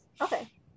okay